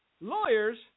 Lawyers